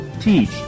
teach